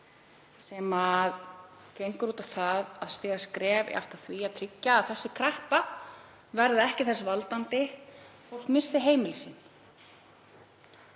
sem gengur út á það að stíga skref í átt að því að tryggja að þessi kreppa verði ekki þess valdandi að fólk missi heimili